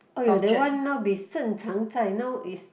!aiyo! that one now be Shen-Chang-Zai now is